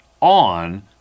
on